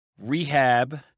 Rehab